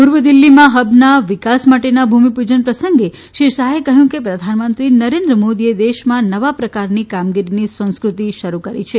પૂર્વ દિલ્ફીમાં હબના વિકાસ માટેના ભૂમિપૂજન પ્રસંગે શ્રી શાહે કહ્યું કે પ્રધાનમંત્રી નરેન્દ્ર મોદીએ દેશમાં નવા પ્રકારની કામગીરીની સંસ્કૃતિ શરૂ કરી છે